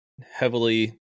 heavily